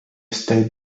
stayed